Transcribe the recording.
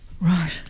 Right